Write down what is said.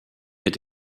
mit